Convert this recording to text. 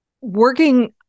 working